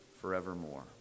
forevermore